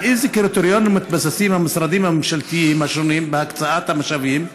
על אילו קריטריונים מתבססים המשרדים הממשלתיים השונים בהקצאת המשאבים,